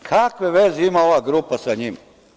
Kakve veze ima ova grupa sa njima?